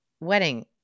wedding